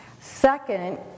Second